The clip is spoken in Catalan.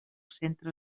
centre